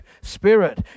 Spirit